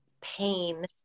pain